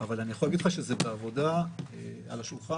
אבל אני יכול להגיד לך שזה בעבודה על השולחן.